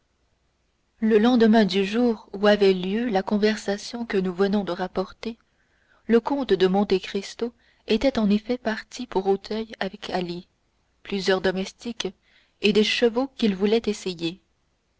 le lendemain du jour où avait eu lieu la conversation que nous venons de rapporter le comte de monte cristo était en effet parti pour auteuil avec ali plusieurs domestiques et des chevaux qu'il voulait essayer